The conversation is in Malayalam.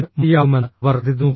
ഇത് മതിയാകുമെന്ന് അവർ കരുതുന്നു